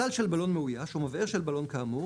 סל של בלון מאויש או מבער של בלון כאמור,